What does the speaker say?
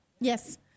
Yes